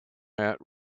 hat